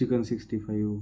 chicken sixty five